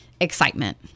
excitement